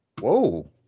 Whoa